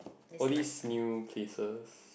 all these new places